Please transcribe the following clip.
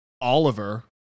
Oliver